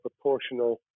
proportional